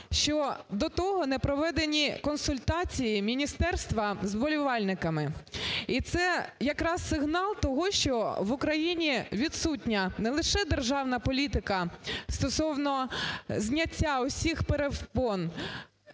що до того не проведені консультації міністерства з вболівальниками. І це якраз сигнал того, що в Україні відсутня не лише державна політика стосовно зняття усіх перепон